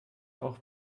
auch